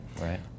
Right